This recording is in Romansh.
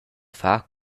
far